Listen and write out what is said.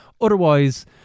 otherwise